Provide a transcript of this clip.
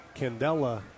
Candela